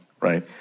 right